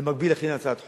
במקביל, להכין הצעת חוק,